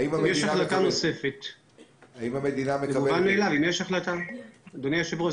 אדוני היושב-ראש,